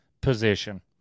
position